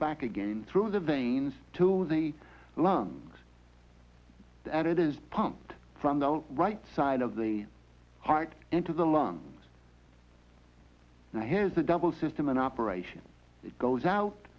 back again through the veins to the lungs that it is pumped from the right side of the heart into the lungs and here's the double system an operation that goes out